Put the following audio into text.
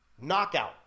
knockout